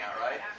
right